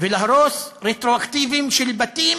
ולהרוס רטרואקטיבית בתים